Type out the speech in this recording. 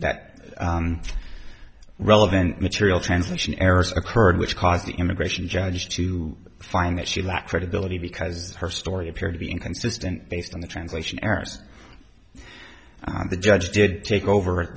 that relevant material translation errors occurred which caused the immigration judge to find that she lacked credibility because her story appeared to be inconsistent based on the translation errors the judge did take over